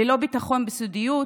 ללא ביטחון בסודיות,